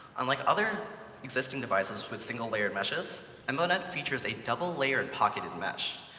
unlike other existing devices with single-layered meshes, embonet features a double-layered pocketed mesh.